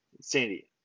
Sandy